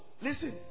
listen